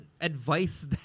advice